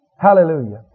Hallelujah